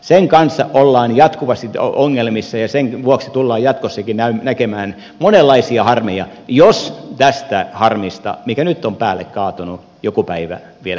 sen kanssa ollaan jatkuvasti ongelmissa ja sen vuoksi tullaan jatkossakin näkemään monenlaisia harmeja jos tästä harmista mikä nyt on päälle kaatunut joku päivä vielä selvitään